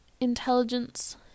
intelligence